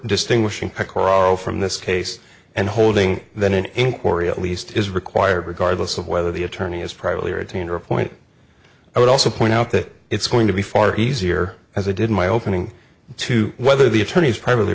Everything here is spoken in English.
distinguishing koraro from this case and holding then an inquiry at least is required regardless of whether the attorney is privately or tuner a point i would also point out that it's going to be far easier as i did my opening to whether the attorneys privately